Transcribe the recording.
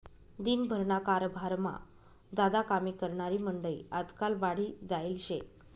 दिन भरना कारभारमा ज्यादा कामे करनारी मंडयी आजकाल वाढी जायेल शे